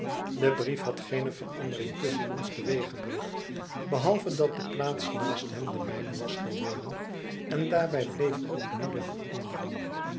de brief had geene verandering tusschen ons teweeggebracht behalve dat de plaats naast hem de mijne was geworden en daarbij bleef ook nu de verandering